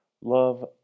Love